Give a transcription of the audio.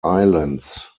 islands